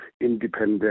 independent